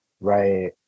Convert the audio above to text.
Right